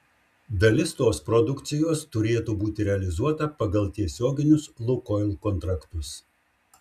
dalis tos produkcijos turėtų būti realizuota pagal tiesioginius lukoil kontraktus